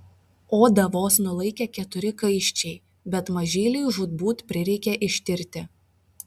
odą vos nulaikė keturi kaiščiai bet mažyliui žūtbūt prireikė ištirti